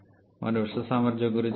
మరియు ఉష్ణ సామర్థ్యం గురించి ఏమిటి